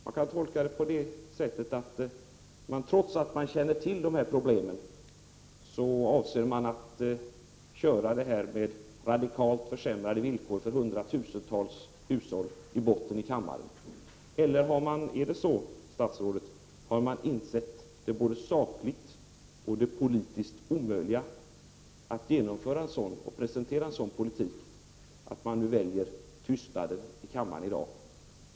Man kan göra tolkningen att regeringen, trots att den känner till dessa problem, avser att i kammaren köra det förslag i botten som innebär radikalt försämrade villkor för hundratusentals hushåll. Eller har man insett det både sakligt och politiskt omöjliga i att presentera en sådan politik, så att man väljer tystnaden i kammaren i dag?